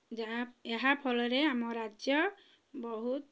ଯାହା ଏହା ଫଳରେ ଆମ ରାଜ୍ୟ ବହୁତ